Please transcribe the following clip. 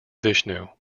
vishnu